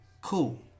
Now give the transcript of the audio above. cool